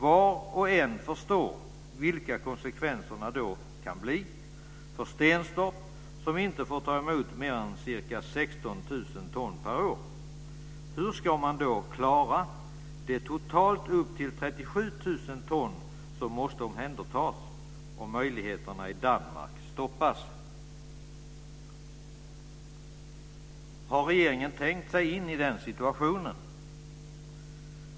Var och en förstår vilka konsekvenserna då kan bli för Stenstorp som inte får ta emot mer än ca 16 000 ton per år. Hur ska man då klara de totalt upp till 37 000 ton som måste omhändertas om möjligheterna i Danmark stoppas? Har regeringen tänkt sig in i den situationen?